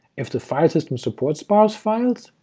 if the file system supports sparse files,